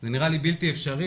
זה נראה לי בלתי אפשרי.